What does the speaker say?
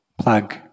plug